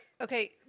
Okay